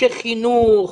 אנשי חינוך,